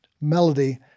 melody